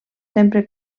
sempre